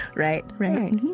right right.